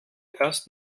erst